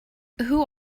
who